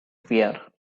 fear